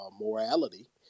morality